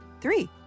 three